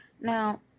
now